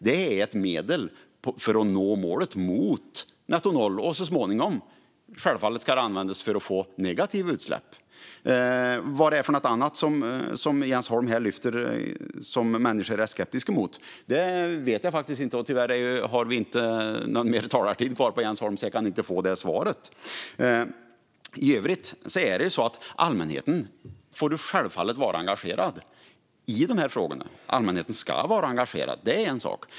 Det är ett medel för att nå målet om nettonoll, och så småningom ska det självfallet användas för att få negativa utsläpp. Vad människor annars är skeptiska till, vilket Jens Holm lyfter fram här, vet jag faktiskt inte. Tyvärr har Jens Holm inte någon talartid kvar, och därför kan jag inte få svar på det. I övrigt får allmänheten självfallet vara engagerad i de här frågorna. Allmänheten ska vara engagerad. Det är en sak.